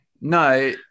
no